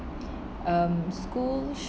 um schools